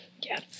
Yes